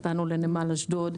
נתנו לנמל אשדוד.